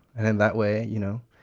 and in that way, you know,